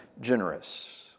generous